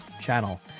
channel